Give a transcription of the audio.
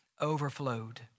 overflowed